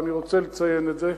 ואני רוצה לציין את זה,